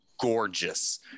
gorgeous